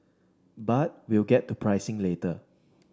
but we'll get to pricing later